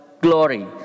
glory